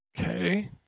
Okay